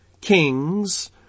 kings